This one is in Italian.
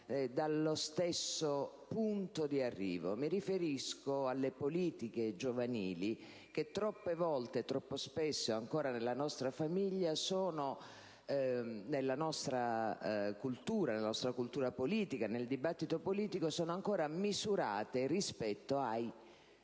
dallo stesso punto di arrivo. Mi riferisco alle politiche giovanili, che troppe volte, troppo spesso, nella nostra famiglia, nella nostra cultura e nel dibattito politico sono ancora misurate rispetto ai